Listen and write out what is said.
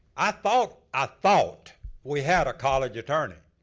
i thought ah thought we had a college attorney.